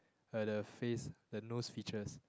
uh the face the nose features